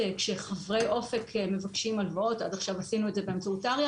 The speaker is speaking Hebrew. כשחברי אופק מבקשים הלוואות עד עכשיו עשינו את זה באמצעות טריא